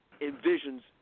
envisions